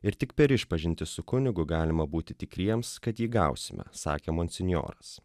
ir tik per išpažintį su kunigu galima būti tikriems kad jį gausime sakė monsinjoras